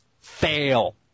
fail